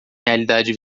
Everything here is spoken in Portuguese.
realidade